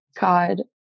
God